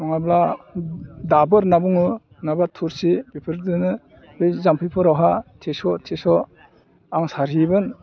नङाब्ला दाबोर होनना बुङो नङाबा थौसि बेफोरजोंनो बै जाम्फैफोरावहाय थेस' थेस' आं सारहैयोमोन